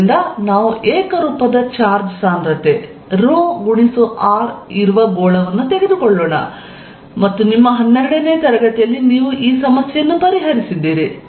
ಆದ್ದರಿಂದ ನಾವು ಏಕರೂಪದ ಚಾರ್ಜ್ದ ಸಾಂದ್ರತೆ ρr ಇರುವ ಗೋಳವನ್ನು ತೆಗೆದುಕೊಳ್ಳೋಣ ಮತ್ತು ನಿಮ್ಮ 12 ನೇ ತರಗತಿಯಲ್ಲಿ ನೀವು ಈ ಸಮಸ್ಯೆಯನ್ನು ಪರಿಹರಿಸಿದ್ದೀರಿ